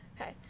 Okay